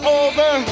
over